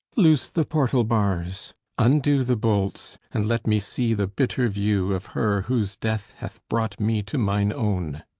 loose the portal bars undo the bolts and let me see the bitter view of her whose death hath brought me to mine own.